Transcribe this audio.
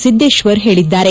ಸಿದ್ಲೇಶ್ವರ್ ಹೇಳದ್ದಾರೆ